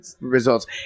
results